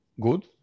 good